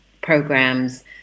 programs